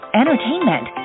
entertainment